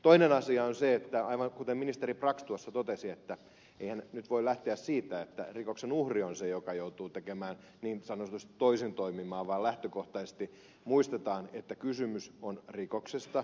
toinen asia on se aivan kuten ministeri brax tuossa totesi että eihän nyt voi lähteä siitä että rikoksen uhri on se joka joutuu niin sanotusti toisin toimimaan vaan lähtökohtaisesti muistetaan että kysymys on rikoksesta